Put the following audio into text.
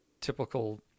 typical